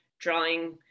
drawing